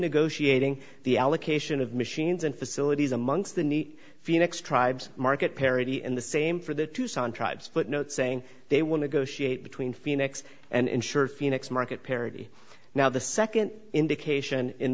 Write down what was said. negotiating the allocation of machines and facilities amongst the phoenix tribes market parity and the same for the tucson tribes but not saying they want to go sheet between phoenix and ensure phoenix market parity now the second indication in